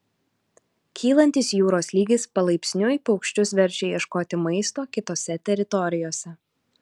kylantis jūros lygis palaipsniui paukščius verčia ieškoti maisto kitose teritorijose